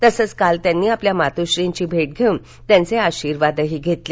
तसंच काल त्यांनी आपल्या मात्श्रींची भेट घेऊन त्यांचे आशीर्वादही घेतले